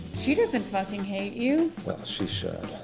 she doesn't fucking hate you. well, she's should.